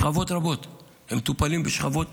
שכבות תרבות, והם מטופלים בשכבות